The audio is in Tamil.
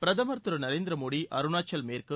பிரதமர் திரு நரேந்திர மோடி அருணாச்சல் மேற்கு